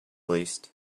least